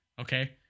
Okay